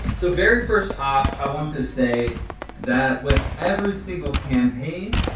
so very first off, i want to say that with every single campaign,